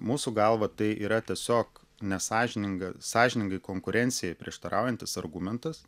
mūsų galva tai yra tiesiog nesąžininga sąžiningai konkurencijai prieštaraujantis argumentas